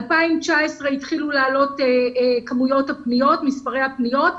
ב-2019 התחילו לעלות מספרי הפניות,